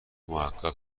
محقق